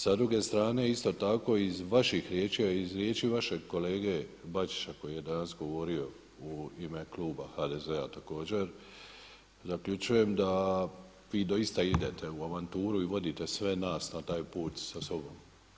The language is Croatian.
Sa druge strane isto tako iz vaših riječi, a i iz riječi vašeg kolege Bačića koji je danas govorio u ime kluba HDZ-a također zaključujem da vi doista idete u avanturu i vodite sve nas na taj put sa sobom.